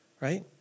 right